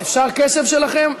אפשר קשב שלכם?